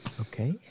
Okay